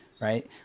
right